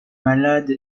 malade